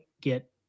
get